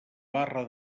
barra